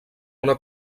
una